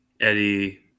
Eddie